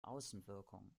außenwirkung